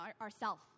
ourself